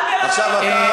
אל תלמד אותי,